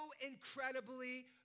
incredibly